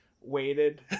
waited